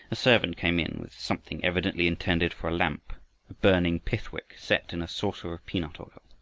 a servant came in with something evidently intended for a lamp a burning pith wick set in a saucer of peanut oil.